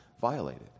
violated